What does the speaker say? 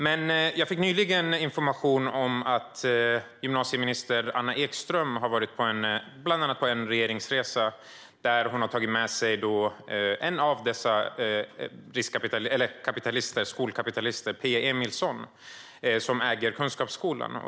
Jag fick dock nyligen information om att gymnasieminister Anna Ekström bland annat har varit på en regeringsresa där hon tog med sig en av dessa skolkapitalister, nämligen Peje Emilsson som äger Kunskapsskolan.